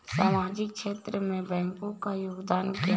सामाजिक क्षेत्र में बैंकों का योगदान क्या है?